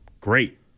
great